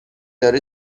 داره